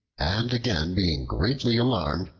and again being greatly alarmed,